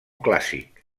clàssic